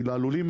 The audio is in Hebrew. הלולים,